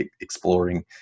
exploring